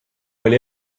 oli